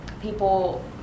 people